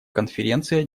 конференция